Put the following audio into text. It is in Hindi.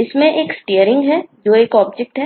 इसमें एक Streering है जो एक ऑब्जेक्ट